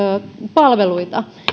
palveluita